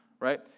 right